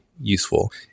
useful